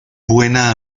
buena